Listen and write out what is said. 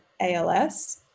ALS